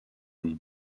nom